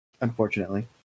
Unfortunately